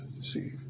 see